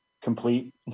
complete